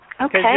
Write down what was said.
Okay